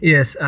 Yes